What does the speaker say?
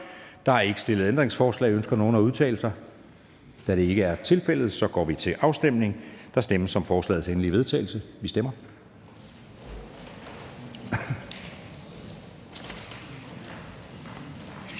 Der er ikke stillet ændringsforslag. Ønsker nogen at udtale sig? Da det ikke er tilfældet, går vi til afstemning. Kl. 13:31 Afstemning Formanden (Søren Gade): Der stemmes